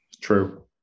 true